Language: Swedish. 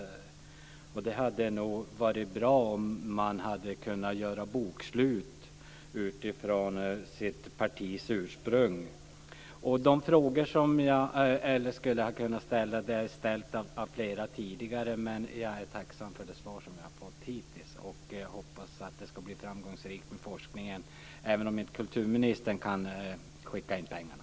Det hade nog varit bra om man hade kunnat göra ett bokslut utifrån sitt partis ursprung. De frågor som jag skulle kunna ställa har redan ställts av flera tidigare talare. Men jag är tacksam för det svar som jag har fått hittills, och jag hoppas att forskningen ska bli framgångsrik, även om kulturministern inte kan skicka in pengarna.